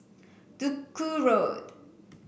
Duku Road